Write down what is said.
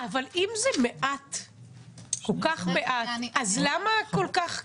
אבל אם זה כל כך מעט אז למה לעכב את זה?